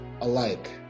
alike